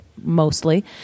mostly